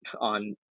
on